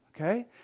Okay